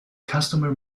customer